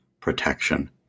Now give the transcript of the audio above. protection